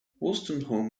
wolstenholme